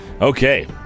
Okay